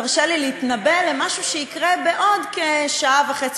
תרשה לי להתנבא על משהו שיקרה בעוד כשעה-וחצי-שעתיים,